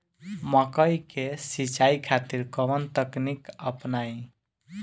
मकई के सिंचाई खातिर कवन तकनीक अपनाई?